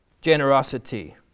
generosity